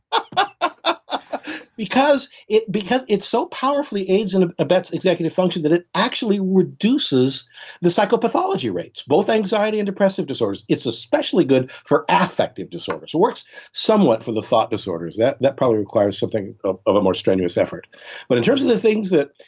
ah because, because, it's so powerfully aids and abets executive function that it actually reduces the psychopathology rates, both anxiety and depressive disorders. it's especially good for affective disorders. it works somewhat for the thought disorders. that that probably requires something ah of a more strenuous effort but in terms of the things that,